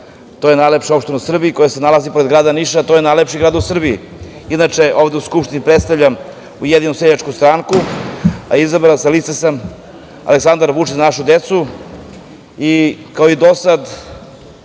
to je najlepša opština u Srbiji, koja se nalazi pored grada Niša, a to je najlepši grad u Srbiji. Inače, ovde u Skupštini predstavljam Ujedinjenu seljačku stranku, a izabran sam sa liste Aleksandar Vučić-Za našu decu. Kao i do sada,